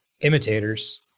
imitators